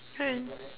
can